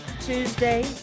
Tuesday